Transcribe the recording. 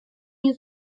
you